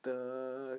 the